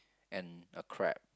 and a crab